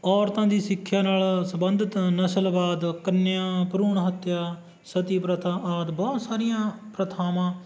ਔਰਤਾਂ ਦੀ ਸਿੱਖਿਆ ਨਾਲ ਸੰਬੰਧਿਤ ਨਸਲਵਾਦ ਕੰਨਿਆ ਭਰੂਣ ਹੱਤਿਆ ਸਤੀ ਪ੍ਰਥਾ ਆਦਿ ਬਹੁਤ ਸਾਰੀਆਂ ਪ੍ਰਥਾਵਾਂ